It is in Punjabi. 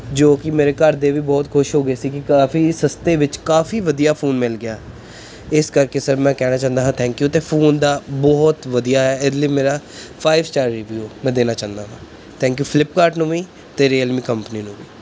ਜੋ ਕਿ ਮੇਰੇ ਘਰ ਦੇ ਵੀ ਬਹੁਤ ਖੁਸ਼ ਹੋ ਗਏ ਸੀ ਕਿ ਕਾਫ਼ੀ ਸਸਤੇ ਵਿੱਚ ਕਾਫ਼ੀ ਵਧੀਆ ਫੋਨ ਮਿਲ ਗਿਆ ਇਸ ਕਰਕੇ ਸਰ ਮੈਂ ਕਹਿਣਾ ਚਾਹੁੰਦਾ ਹਾਂ ਥੈਂਕ ਯੂ ਅਤੇ ਫੋਨ ਦਾ ਬਹੁਤ ਵਧੀਆ ਇਹਦੇ ਲਈ ਮੇਰਾ ਫਾਈਵ ਸਟਾਰ ਰਿਵਿਊ ਮੈਂ ਦੇਣਾ ਚਾਹੁੰਦਾ ਹਾਂ ਥੈਂਕ ਯੂ ਫਲਿਪਕਾਰਟ ਨੂੰ ਵੀ ਅਤੇ ਰੀਅਲਮੀ ਕੰਪਨੀ ਨੂੰ ਵੀ